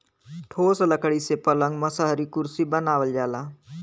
ठोस लकड़ी से पलंग मसहरी कुरसी बनावल जाला